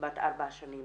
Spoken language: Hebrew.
בת ארבע שנים